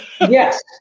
Yes